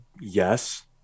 Yes